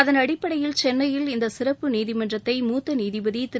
அதன் அடிப்படையில் சென்னையில் இந்த சிறப்பு நீதிமன்றத்தை மூத்த நீதிபதி திரு